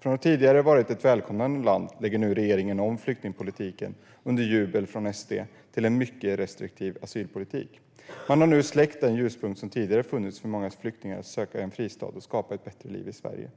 Från att tidigare ha varit ett välkomnande land lägger nu regeringen under jubel från Sverigedemokraterna om Sveriges flyktingpolitik till en mycket restriktiv asylpolitik. Här har man nu släckt den ljuspunkt som tidigare funnits för många flyktingar att söka en fristad och skapa ett bättre liv i Sverige.